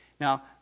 Now